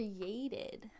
created